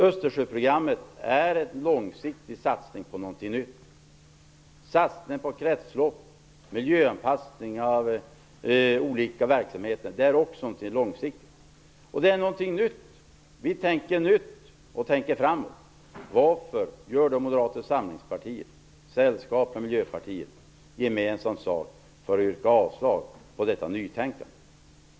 Östersjöprogrammet är en långsiktig satsning på någonting nytt. Satsningen på kretslopp, miljöanpassning av olika verksamheter är också någonting långsiktigt. Vi tänker nytt och tänker framåt. Varför gör då Moderata samlingspartiet gemensam sak med Miljöpartiet och yrkar avslag på detta nytänkande?